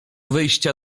wejścia